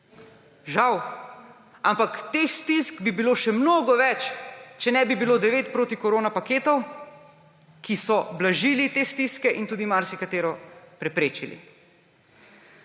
Žal. Ampak teh stisk bi bilo še mnogo več, če ne bi bilo devet protikorona paketov, ki so blažili te stiske in tudi marsikatero preprečili.